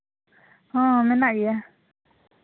ᱦᱚᱸ ᱢᱮᱱᱟᱜ ᱜᱮᱭᱟ